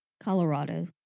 Colorado